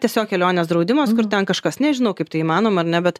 tiesiog kelionės draudimas kur ten kažkas nežinau kaip tai įmanoma ar ne bet